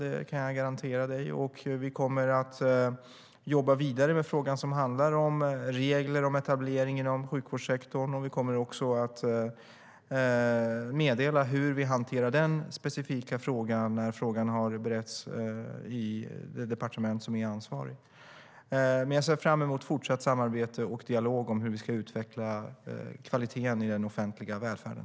Det kan jag garantera dig. Vi kommer att jobba vidare med frågan som handlar om regler om etableringar i sjukvårdssektorn. Vi kommer också att meddela hur vi hanterar den specifika frågan när den har beretts i det departement som är ansvarigt. Jag ser fram emot fortsatt samarbete och dialog om hur vi ska utveckla kvaliteten i den offentliga välfärden.